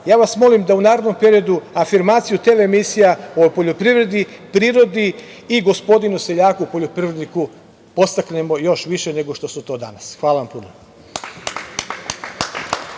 Ja vas molim da u narednom periodu afirmaciju TV emisija o poljoprivredi, prirodi i gospodinu seljaku poljoprivredniku podstaknemo još više nego što su to danas. Hvala vam puno.